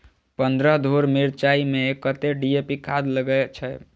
पन्द्रह धूर मिर्चाई मे कत्ते डी.ए.पी खाद लगय छै?